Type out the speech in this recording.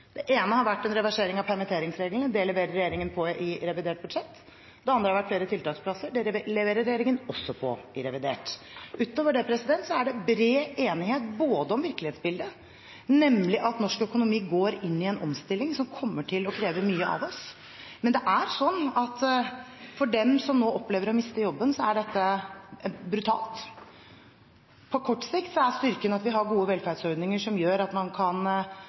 Det ene har vært en reversering av permitteringsreglene. Det leverer regjeringen på i revidert nasjonalbudsjett. Det andre har vært flere tiltaksplasser. Det leverer regjeringen også på i revidert. Utover det er det bred enighet om virkelighetsbildet, nemlig at norsk økonomi går inn i en omstilling, som kommer til å kreve mye av oss. Men det er sånn at for dem som nå opplever å miste jobben, er dette brutalt. På kort sikt er styrken at vi har gode velferdsordninger som gjør at man kan